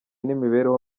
n’imibereho